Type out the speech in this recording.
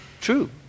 true